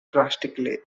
drastically